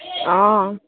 অ